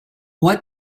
what